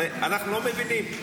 אנחנו לא מבינים.